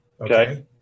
okay